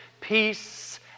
peace